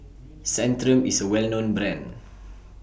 Centrum IS A Well known Brand